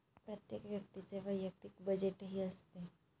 प्रत्येक व्यक्तीचे वैयक्तिक बजेटही असते